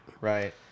Right